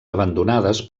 abandonades